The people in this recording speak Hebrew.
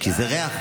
כי זה ריח.